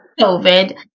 COVID